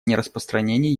нераспространении